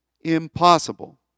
impossible